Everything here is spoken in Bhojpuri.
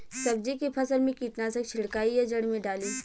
सब्जी के फसल मे कीटनाशक छिड़काई या जड़ मे डाली?